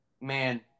man